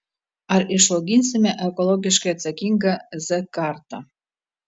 ar išauginsime ekologiškai atsakingą z kartą